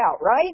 right